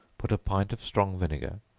put a pint of strong vinegar,